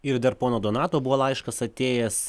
ir dar pono donato buvo laiškas atėjęs